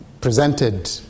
presented